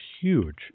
huge